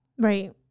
right